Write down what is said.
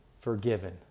forgiven